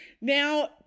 Now